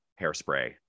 hairspray